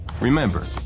Remember